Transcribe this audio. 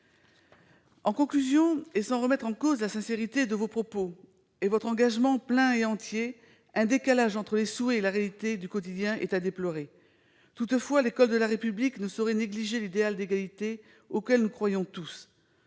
En conclusion, et sans remettre en cause la sincérité de vos propos ni votre engagement plein et entier, un décalage entre les souhaits et la réalité du quotidien est à déplorer. Or l'école de la République ne saurait négliger l'idéal d'égalité auquel nous croyons tous